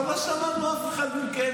אבל לא שמענו אף אחד מכם,